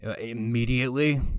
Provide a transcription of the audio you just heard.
immediately